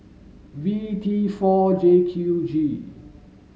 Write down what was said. V T four J Q G